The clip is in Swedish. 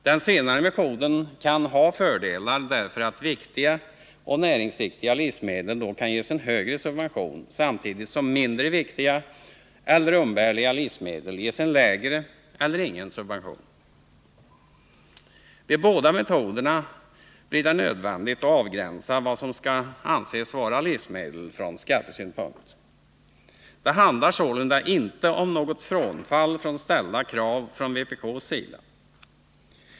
Den senare metoden kan ha fördelar, därför att viktiga och näringsriktiga livsmedel då kan ges en högre subvention, samtidigt som mindre viktiga eller umbärliga livsmedel ges en lägre eller ingen subvention. Vid båda metoderna blir det nödvändigt att avgränsa vad som skall anses vara livsmedel från skattesynpunkt. Det handlar sålunda inte om något frånfall av ställda krav från vpk:s sida.